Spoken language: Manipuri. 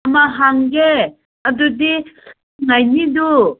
ꯑꯃ ꯍꯪꯒꯦ ꯑꯗꯨꯗꯤ